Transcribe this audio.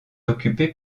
occupé